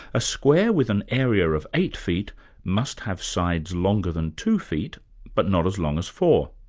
a square with an area of eight feet must have sides longer than two feet but not as long as four.